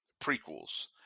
prequels